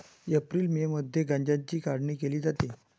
April May मध्ये गांजाची काढणी केली जाते